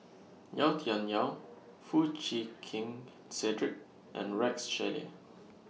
Yau Tian Yau Foo Chee Keng Cedric and Rex Shelley